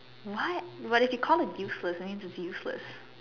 what but if you called it useless that means it's useless